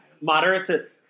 moderate